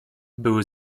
były